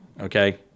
Okay